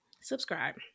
Subscribe